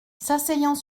s’asseyant